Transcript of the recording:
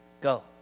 Go